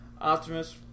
Optimus